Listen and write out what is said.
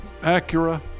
Acura